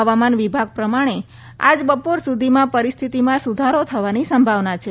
હવામાન વિભાગ પ્રમાણે આજે બપોર સુધીમાં પરિસ્થિતિમાં સુધારો થવાની સંભાવના છે